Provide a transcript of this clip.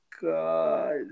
God